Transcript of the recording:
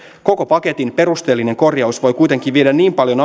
koko paketin perusteellinen korjaus voi kuitenkin viedä niin paljon